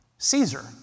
Caesar